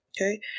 Okay